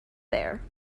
there